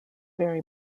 very